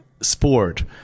sport